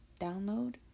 download